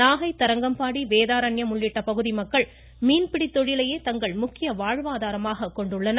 நாகை தரங்கம்பாடி வேதாரண்யம் உள்ளிட்ட பகுதி மக்கள் மீன்பிடித் தொழிலையே தங்கள் முக்கிய வாழ்வாதாரமாக கொண்டுள்ளனர்